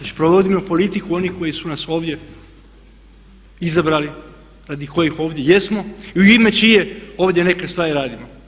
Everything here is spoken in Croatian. već provodimo politiku onih koji su nas ovdje izabrali radi kojih ovdje jesmo i u ime čije ovdje neke stvari radimo.